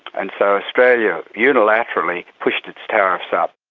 and so australia unilaterally pushed its tariffs up.